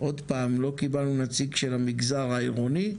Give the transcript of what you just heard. פעם לא קיבלנו נציג של המגזר העירוני,